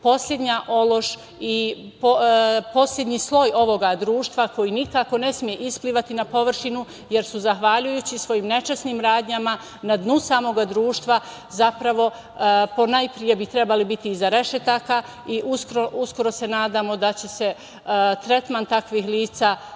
poslednji ološ i poslednji sloj ovog društva koji nikako ne sme isplivati na površinu, jer su zahvaljujući svojim nečasnim radnjama na dnu samog društva zapravo ponajpre bi trebali biti iza rešetaka. Uskoro se nadamo da će tretman takvih lica